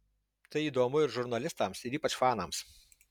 tai įdomu ir žurnalistams ir ypač fanams